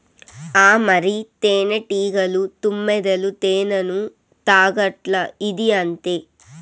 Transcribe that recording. ఆ మరి, తేనెటీగలు, తుమ్మెదలు తేనెను తాగట్లా, ఇదీ అంతే